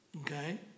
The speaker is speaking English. Okay